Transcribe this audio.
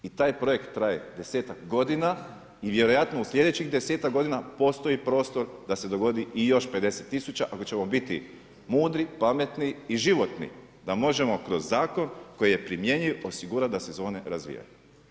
I taj projekt traje desetak godina i vjerojatno u sljedećih desetak godina postoji prostor da se dogodi i još 50.000 ako ćemo biti mudri, pametni i životni da možemo kroz zakon koji je primjenjiv osigurat da se zone razvijaju.